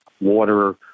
water